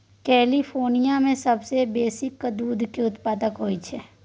California मे सबसँ बेसी दूध केर उत्पाद होई छै